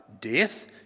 death